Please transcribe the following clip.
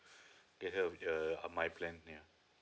her of uh my plan yeah